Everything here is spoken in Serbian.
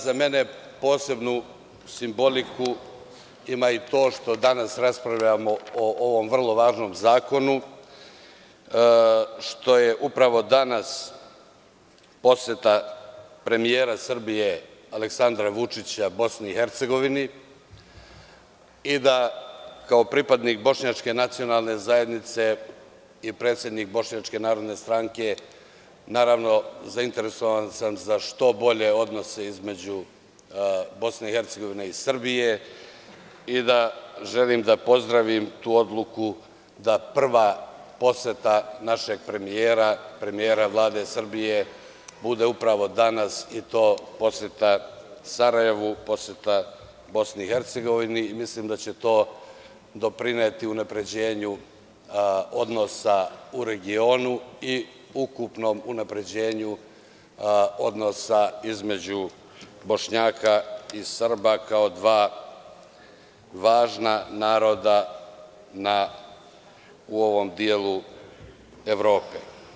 Za mene posebnu simboliku ima i to što danas raspravljamo o vrlo važnom zakonu što je upravo danas poseta premijera Srbije Aleksandra Vučića BiH, i da kao pripadnik Bošnjačke nacionalne zajednice i predsednik Bošnjačke narodne stranke, naravno, zainteresovan sam za što bolje odnose između BiH i Srbije i da želim da pozdravim tu odluku da prva poseta našeg premijera, premijera Vlade Srbije bude upravo danas i to poseta Sarajevu, poseta BiH, i mislim da će to doprineti unapređenju odnosa u regionu i ukupnom unapređenju odnosa između Bošnjaka i Srba kao dva važna naroda u ovom delu Evrope.